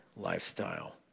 lifestyle